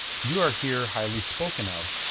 you are here highly spoken of,